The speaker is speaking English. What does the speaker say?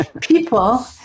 people